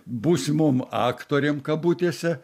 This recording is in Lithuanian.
būsimom aktorėm kabutėse